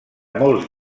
molts